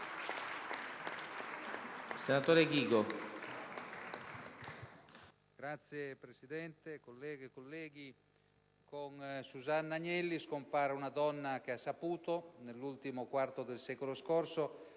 Signor Presidente, colleghe e colleghi, con Susanna Agnelli scompare una donna che ha saputo, nell'ultimo quarto del secolo scorso,